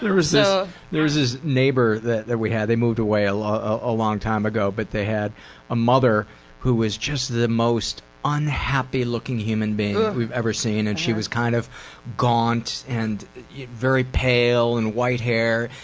there was so there was this neighbor that that we had, they moved away a long a long time ago, but they had a mother who was just the most unhappy looking human being you've ever seen. and she was kind of gaunt and very pale, and white hair,